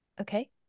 okay